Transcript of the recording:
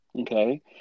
Okay